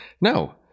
no